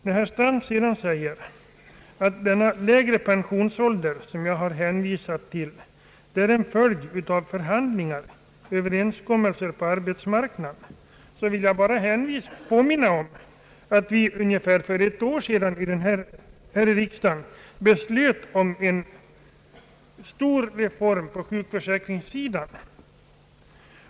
När herr Strand sedan säger att den lägre pensionsålder, som jag har hänvisat till, är en följd av förhandlingar och överenskommelser på arbetsmarknaden, vill jag bara påminna om att vi för ungefär ett år sedan här i riksdagen beslöt om en stor reform på sjukförsäkringssidan.